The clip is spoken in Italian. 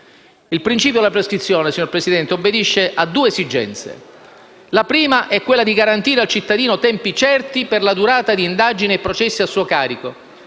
II principio della prescrizione, signor Presidente, obbedisce a due esigenze: la prima è quella di garantire al cittadino tempi certi per la durata di indagini e processi a suo carico,